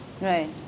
right